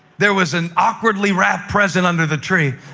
there was an awkwardly wrapped present under the tree.